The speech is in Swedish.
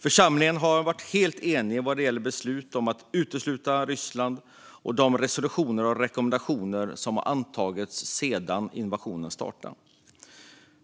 Församlingen har varit helt enig i sina beslut om att utesluta Ryssland och de resolutioner och rekommendationer som har antagits sedan invasionen startade.